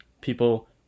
people